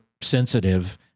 sensitive